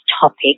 topic